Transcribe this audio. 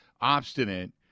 obstinate